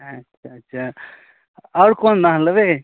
अच्छा अच्छा आओर कोन धान लेबै